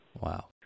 Wow